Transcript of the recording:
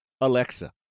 Alexa